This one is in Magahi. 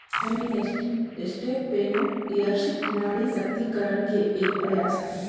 फेमिनिस्ट एंट्रेप्रेनुएरशिप नारी सशक्तिकरण के एक प्रयास हई